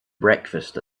breakfast